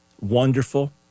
wonderful